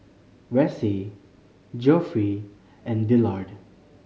Ressie Geoffrey and Dillard